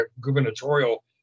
gubernatorial